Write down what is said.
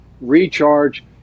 recharge